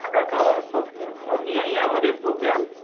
থাকা খাওয়ার সব জিনিসগুলো নিয়েই আমাদের পোগ্রাম